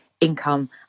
income